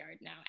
now